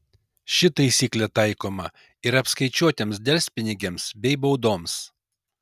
ši taisyklė taikoma ir apskaičiuotiems delspinigiams bei baudoms